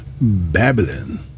Babylon